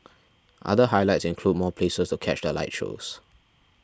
other highlights include more places to catch the light shows